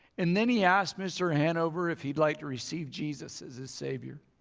and then he asked mr. hanover if he'd like to receive jesus as his savior.